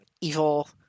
evil